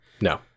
No